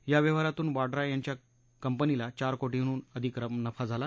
या व्यवहारातून वाड्रा यांच्या कंपनीला चार कोटींहून अधिक नफा झाला